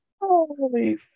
Holy